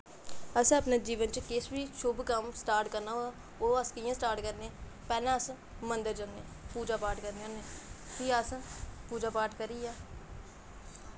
असें अपने जीवन च किश बी शुभ कम्म स्टार्ट करना होऐ ओह् अस कि'यां स्टार्ट करने पैह्लें अस मंदर जन्ने पूजा पाठ करने होन्ने फ्ही अस पूजा पाठ करियै